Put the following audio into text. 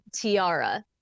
tiara